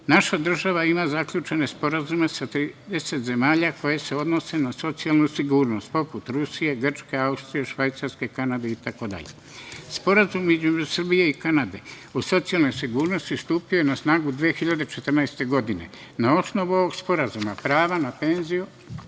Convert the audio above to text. država zaključene sporazume sa 30 zemalja, koji se odnose na socijalnu sigurnost, poput Rusije, Grčke, Austrije, Švajcarske, Kanade itd. Sporazum između Srbije i Kanade o socijalnoj sigurnosti stupio je na snagu 2014. godine. Na osnovu ovog sporazuma prava na penziju